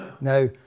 Now